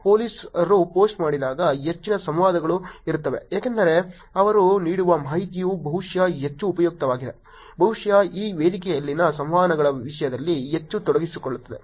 ಪೋಲೀಸರು ಪೋಸ್ಟ್ ಮಾಡಿದಾಗ ಹೆಚ್ಚಿನ ಸಂವಾದಗಳು ಇರುತ್ತವೆ ಏಕೆಂದರೆ ಅವರು ನೀಡುವ ಮಾಹಿತಿಯು ಬಹುಶಃ ಹೆಚ್ಚು ಉಪಯುಕ್ತವಾಗಿದೆ ಬಹುಶಃ ಈ ವೇದಿಕೆಯಲ್ಲಿನ ಸಂವಹನಗಳ ವಿಷಯದಲ್ಲಿ ಹೆಚ್ಚು ತೊಡಗಿಸಿಕೊಳ್ಳುತ್ತದೆ